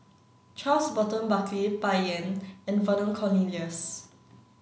Charles Burton Buckley Bai Yan and Vernon Cornelius